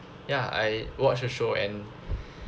ya I watch the show and